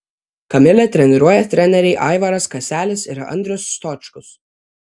kamilę treniruoja treneriai aivaras kaselis ir andrius stočkus